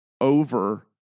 over